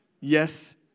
Yes